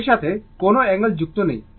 এর সাথে কোনও অ্যাঙ্গেল যুক্ত নেই